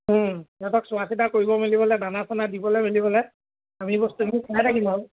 সিহঁতক চোৱা চিতা কৰিব মেলিবলৈ দানা চানা দিবলৈ মেলিবলৈ আমি বস্তুখিনি চাই থাকিব আৰু